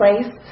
place